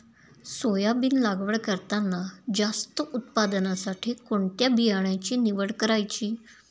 Soybean लागवड करताना जास्त उत्पादनासाठी कोणत्या बियाण्याची निवड करायची?